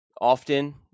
often